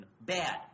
Bad